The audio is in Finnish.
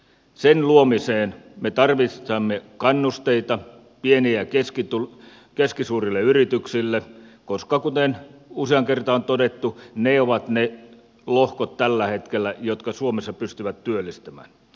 sen luomiseen me tarvitsemme kannusteita pieni ja keskisuurille yrityksille koska kuten useaan kertaan on todettu ne ovat tällä hetkellä ne lohkot jotka pystyvät suomessa työllistämään